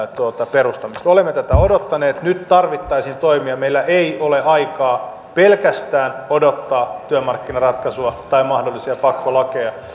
perustamisesta olemme tätä odottaneet nyt tarvittaisiin toimia meillä ei ole aikaa pelkästään odottaa työmarkkinaratkaisua tai mahdollisia pakkolakeja